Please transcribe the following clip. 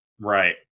Right